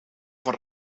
van